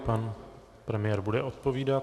Pan premiér bude odpovídat.